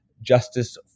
Justice